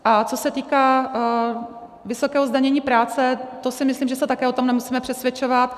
A co se týká vysokého zdanění práce, to si myslím, že se také o tom nemusíme přesvědčovat.